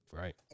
right